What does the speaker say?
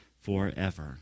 forever